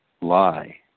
lie